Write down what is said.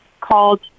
called